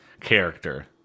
character